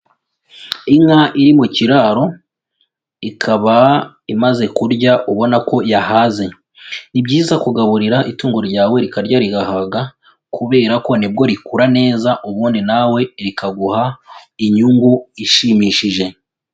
Inka iri mu kiraro, ikaba imaze kurya ubona ko yahaze. Ni byiza kugaburira itungo ryawe rikarya rigahaga kubera ko ni bwo rikura neza, ubundi nawe rikaguha inyungu ishimishije.